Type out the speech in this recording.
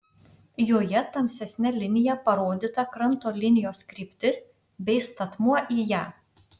joje tamsesne linija parodyta kranto linijos kryptis bei statmuo į ją